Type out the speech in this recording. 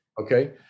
Okay